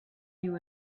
you